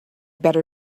better